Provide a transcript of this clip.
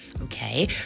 Okay